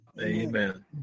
Amen